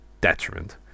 detriment